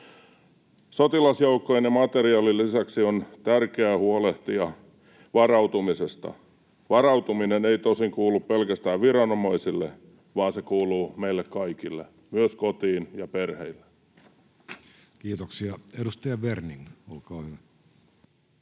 Sotilasjoukkojen ja materiaalin lisäksi on tärkeää huolehtia varautumisesta. Varautuminen ei tosin kuulu pelkästään viranomaisille, vaan se kuuluu meille kaikille, myös koteihin ja perheille. Kiitoksia. — Edustaja Werning, olkaa hyvä.